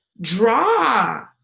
draw